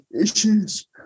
issues